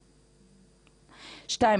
דבר שני,